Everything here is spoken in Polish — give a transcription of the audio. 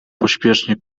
pośpiesznie